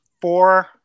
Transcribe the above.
four